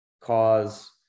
cause